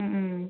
ഹ്മ് ഹ്മ്